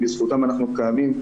בזכותם אנחנו קיימים,